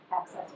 access